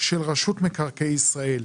של רשות מקרקעי ישראל.